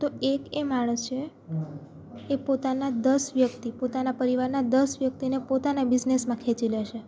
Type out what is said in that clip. તો એક એ માણસ છે એ પોતાના દસ વ્યક્તિ પોતાના પરિવારના દસ વ્યક્તિને પોતાને બિઝનેસમાં ખેંચી લેશે